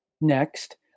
next